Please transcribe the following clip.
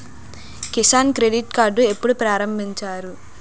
Kisan credit card ఎప్పుడు ప్రారంభించారు?